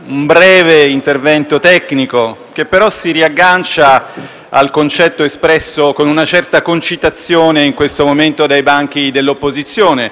al concetto espresso, con una certa concitazione in questo momento, dai banchi dell'opposizione, cioè la giusta esigenza di evitare gli errori del passato.